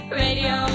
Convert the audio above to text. radio